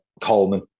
Coleman